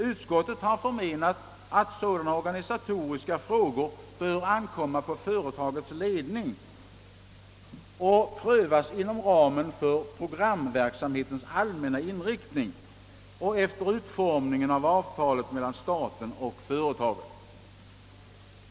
Utskottet har ansett att dylika organisatoriska frågor bör ankomma på företagets ledning och prövas inom ramen för programverksamhetens allmänna inriktning och enligt utformningen av avtalet mellan staten och företaget.